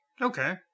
Okay